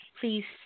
Please